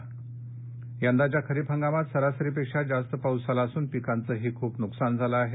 अहमदनगर यंदाच्या खरीप हंगामात सरासरीपेक्षा जास्त पाऊस झाला असून पिकांचंही खूप नुकसान झालं आहे